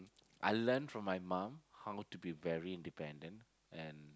I learn from my mum how to be very independent and